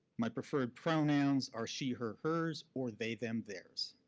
my preferred pronouns are she her hers, or they them theirs.